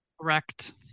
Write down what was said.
Correct